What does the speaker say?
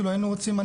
היינו רוצים,